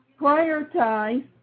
prioritize